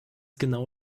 genau